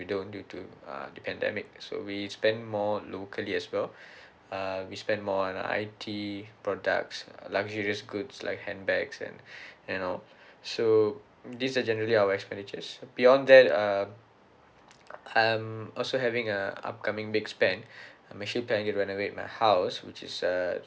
we don't due to uh the pandemic so we spend more locally as well uh we spend more on uh I_T products luxurious goods like handbags and you know so these are generally our expenditures beyond that uh I'm also having a upcoming big spend I'm actually planning to renovate my house which is a